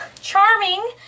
charming